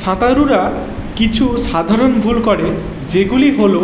সাঁতারুরা কিছু সাধারণ ভুল করে যেগুলি হল